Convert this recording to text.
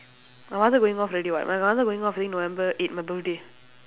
my mother going off already [what] my mother going off during november eight my birthday